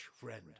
friend